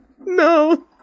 No